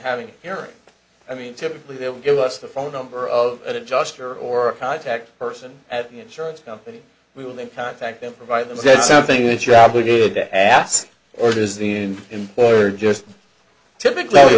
having hearings i mean typically they would give us the phone number of an adjuster or a contact person at the insurance company we will and contact them provide them said something that you're obligated to ask or does the employer just typically